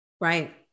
right